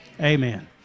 amen